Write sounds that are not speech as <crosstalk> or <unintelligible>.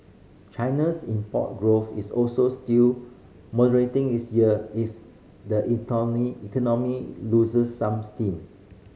China's import growth is also still moderating this year if the <unintelligible> economy loses some steam